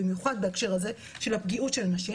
במיוחד בהקשר הזה של פגיעות של נשים,